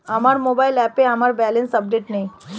আমার মোবাইল অ্যাপে আমার ব্যালেন্স আপডেটেড নেই